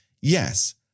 Yes